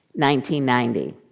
1990